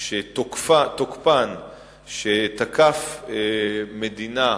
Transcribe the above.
שתוקפן שתקף מדינה,